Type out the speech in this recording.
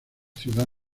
ciudad